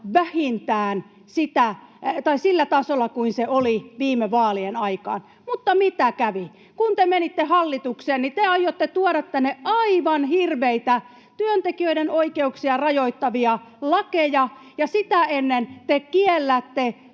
vähintään sillä tasolla kuin se oli viime vaalien aikaan. Mutta miten kävi? Kun te menitte hallitukseen, niin te aiotte tuoda tänne aivan hirveitä työntekijöiden oikeuksia rajoittavia lakeja ja sitä ennen te kiellätte